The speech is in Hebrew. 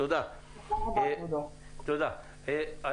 תודה,